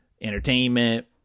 entertainment